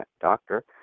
Doctor